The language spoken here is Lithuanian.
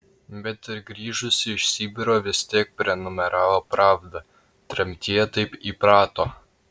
bet ir grįžusi iš sibiro vis tiek prenumeravo pravdą tremtyje taip įprato